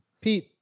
Pete